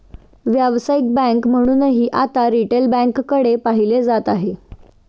व्यावसायिक बँक म्हणूनही आता रिटेल बँकेकडे पाहिलं जात आहे